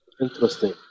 Interesting